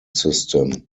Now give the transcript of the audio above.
system